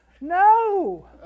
no